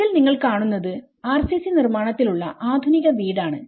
ഇതിൽ നിങ്ങൾ കാണുന്നത് RCC നിർമാണത്തിൽ ഉള്ള ആധുനിക വീട് ആണ്